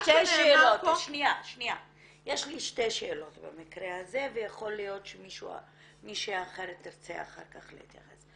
לי שתי שאלות במקרה הזה ויכול להיות שמישהי אחרת תרצה אחר כך להתייחס.